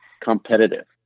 competitive